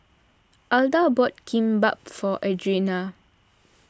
Alda bought Kimbap for Adrianna